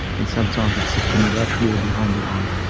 and sometimes it sits unilaterally or behind the eye.